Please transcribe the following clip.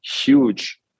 huge